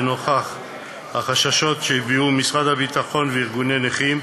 לנוכח חששות שהביעו משרד הביטחון וארגוני נכים,